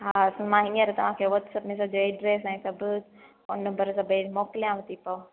हा त मां हींअर तव्हांखे वाट्स अप में मुंजो एड्रेस ऐं सब फोन नम्बर सब मोकलयांव ती पई पो